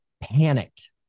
panicked